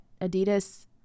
adidas